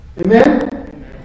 Amen